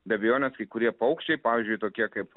be abejonės kai kurie paukščiai pavyzdžiui tokie kaip